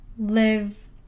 live